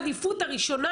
העדיפות הראשונה,